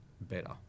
better